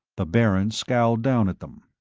the baron scowled down at them.